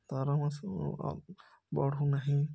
ଦରମା ସବୁ ଆଉ ବଢ଼ୁନାହିଁ